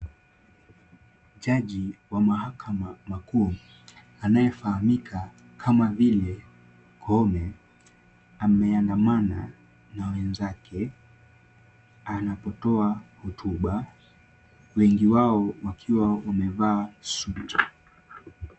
Jaji wa mahakama makuu anayefahamika kama vile Koome ameandamana na wenzake anapotoa hotuba, wengi wao wakiwa wamevaa suti.